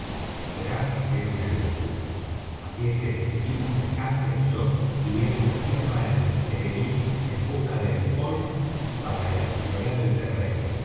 esperar era una locura así es que decidimos que hunter y yo iríamos á tierra en el serení en busca de informes y para explorar el terreno